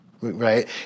right